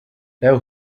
now